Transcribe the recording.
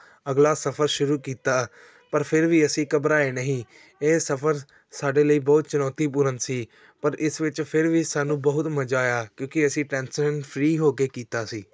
ਅਗਲਾ ਸਫ਼ਰ ਸ਼ੁਰੂ ਕੀਤਾ ਪਰ ਫਿਰ ਵੀ ਅਸੀਂ ਘਬਰਾਏ ਨਹੀਂ ਇਹ ਸਫ਼ਰ ਸਾਡੇ ਲਈ ਬਹੁਤ ਚੁਣੌਤੀਪੂਰਨ ਸੀ ਪਰ ਇਸ ਵਿੱਚ ਫਿਰ ਵੀ ਸਾਨੂੰ ਬਹੁਤ ਮਜ਼ਾ ਆਇਆ ਕਿਉਂਕਿ ਅਸੀਂ ਟੈਨਸ਼ਨ ਫਰੀ ਹੋ ਕੇ ਕੀਤਾ ਸੀ